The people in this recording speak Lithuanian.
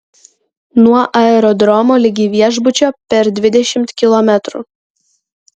nuo aerodromo ligi viešbučio per dvidešimt kilometrų